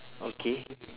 okay